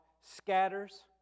scatters